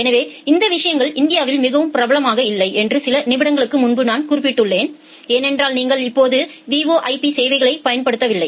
எனவே இந்த விஷயங்கள் இந்தியாவில் மிகவும் பிரபலமாக இல்லை என்று சில நிமிடங்களுக்கு முன்பு நான் குறிப்பிட்டுள்ளேன் ஏனென்றால் நீங்கள் இப்போது VoIP சேவைகளைப் பயன்படுத்தவில்லை